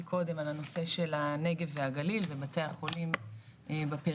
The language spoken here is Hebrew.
קודם על הנושא של הנגב והגליל ובתי החולים בפריפריה,